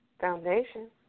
foundation